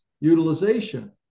utilization